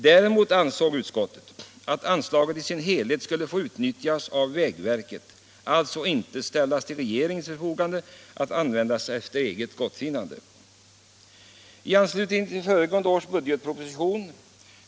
Däremot ansåg utskottet att anslaget i sin helhet skulle få utnyttjas av vägverket, alltså inte ställas till regeringens förfogande att användas efter eget gottfinnande.